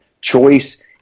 choice